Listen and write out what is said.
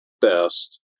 best